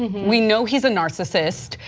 we know he's a narcissist,